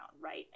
right